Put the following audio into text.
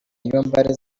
niyombare